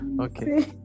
Okay